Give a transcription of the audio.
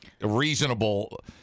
reasonable